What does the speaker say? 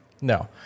no